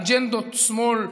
אג'נדות שמאל,